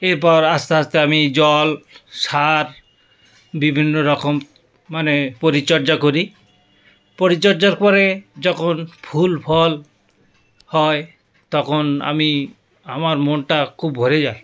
এরপর আস্তে আস্তে আমি জল সার বিভিন্ন রকম মানে পরিচর্যা করি পরিচর্যার পরে যখন ফুল ফল হয় তখন আমি আমার মনটা খুব ভরে যায়